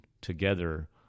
together